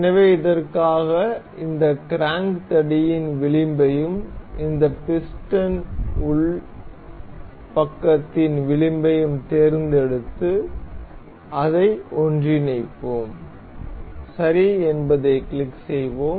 எனவே இதற்காக இந்த கிராங்க் தடியின் விளிம்பையும் இந்த பிஸ்டன் உள் பக்கத்தின் விளிம்பையும் தேர்ந்தெடுத்து அதை ஒன்றிணைப்போம் சரி என்பதைக் கிளிக் செய்வோம்